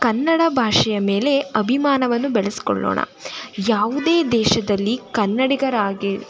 ಕನ್ನಡ ಭಾಷೆಯ ಮೇಲೆ ಅಭಿಮಾನವನ್ನು ಬೆಳೆಸಿಕೊಳ್ಳೋಣ ಯಾವುದೇ ದೇಶದಲ್ಲಿ ಕನ್ನಡಿಗರಾಗಿ